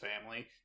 family